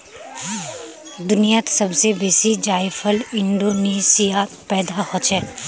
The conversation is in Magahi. दुनियात सब स बेसी जायफल इंडोनेशियात पैदा हछेक